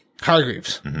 Hargreaves